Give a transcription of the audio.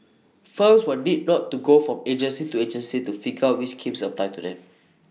firms will need not to go from agency to agency to figure out which schemes apply to them